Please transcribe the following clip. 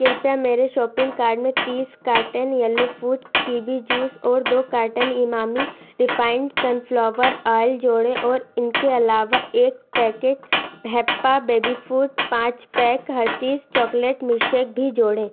कृपया मेरे shopping card में तीस carton yellow foot kiwi juice ओर दो carton Emami refined sunflower oil जोड़ें ओर इनके अलावा एक पैकेट हैप्पा बेबी फ़ूड पाँच पैक हर्शीज़ चॉकलेट मिश शेक भी जोड़ें